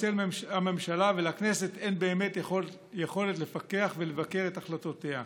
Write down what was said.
אצל הממשלה ולכנסת אין באמת יכולת לפקח ולבקר את החלטותיה,